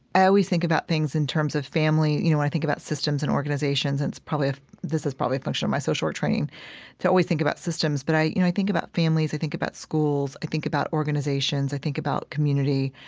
i always think about things in terms of family. you know i think about systems and organizations and ah this is probably a function of my social work training to always think about systems. but i you know i think about families, i think about schools, i think about organizations, i think about community.